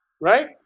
right